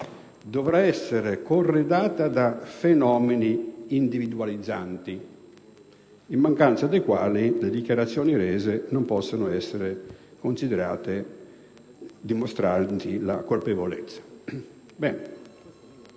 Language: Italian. dovrà essere corredata da riscontri individualizzanti», in mancanza dei quali le dichiarazioni rese non possono essere considerate dimostranti la colpevolezza.